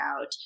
out